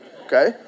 Okay